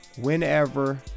whenever